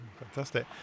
fantastic